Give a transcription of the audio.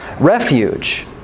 refuge